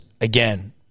again